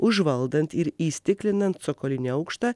užvaldant ir įstiklinant cokolinį aukštą